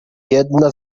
jedna